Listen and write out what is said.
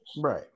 Right